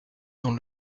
dont